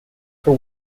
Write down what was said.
for